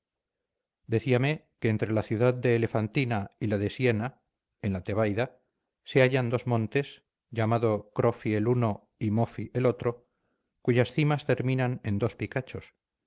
decíame que entre la ciudad de elefantina y la de syena en la tebaida se hallan dos montes llamado crophi el uno y mophi el otro cuyas cimas terminan en dos picachos